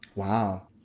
wow.